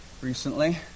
recently